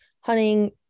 hunting